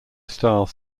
style